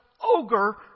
ogre